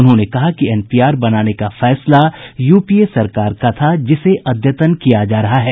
उन्होंने कहा कि एनपीआर बनाने का फैसला यूपीए सरकार का था जिसे अद्यतन किया जा रहा है